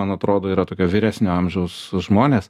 man atrodo yra tokio vyresnio amžiaus žmonės